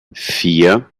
vier